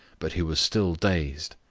but he was still dazed.